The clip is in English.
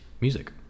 music